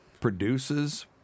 produces